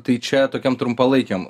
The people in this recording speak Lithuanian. tai čia tokiam trumpalaikiam